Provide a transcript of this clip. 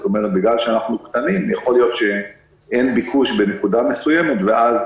בגלל שאנחנו קטנים יכול להיות שאין ביקוש בנקודה מסוימת ואז